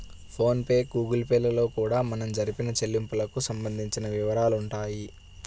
phone pay Google Pay లలో కూడా మనం జరిపిన చెల్లింపులకు సంబంధించిన వివరాలుంటాయి